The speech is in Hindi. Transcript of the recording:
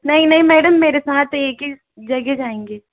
नहीं नहीं मैडम मेरे साथ एक ही जगह जाएंगी